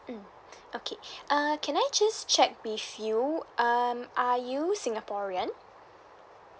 mm okay uh can I just check with you um are you singaporean